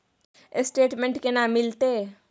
Statement केना मिलते?